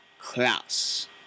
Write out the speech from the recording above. Klaus